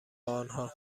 آنها